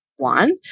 One